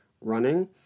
running